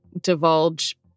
divulge